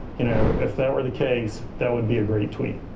you know, if that were the case, that would be a great tweet.